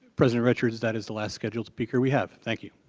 president richards, that is the last scheduled speaker we have. thing q.